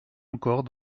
encore